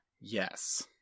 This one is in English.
Yes